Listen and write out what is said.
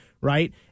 Right